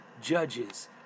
judges